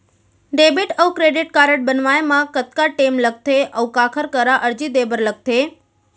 Debit अऊ credit card बनवाए मा कतका टेम लगथे, अऊ काखर करा अर्जी दे बर लगथे?